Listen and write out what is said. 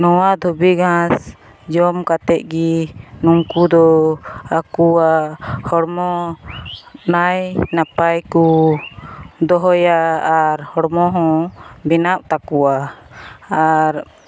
ᱱᱟᱣᱟ ᱫᱷᱩᱵᱤ ᱜᱷᱟᱥ ᱡᱚᱢ ᱠᱟᱛᱮᱫᱜᱮ ᱱᱩᱝᱠᱩᱫᱚ ᱟᱠᱚᱣᱟᱜ ᱦᱚᱲᱢᱚ ᱱᱟᱭᱼᱱᱟᱯᱟᱭ ᱠᱚ ᱫᱚᱦᱚᱭᱟ ᱟᱨ ᱦᱚᱲᱢᱚᱦᱚᱸ ᱵᱮᱱᱟᱣᱚᱜ ᱛᱟᱠᱚᱣᱟ ᱟᱨ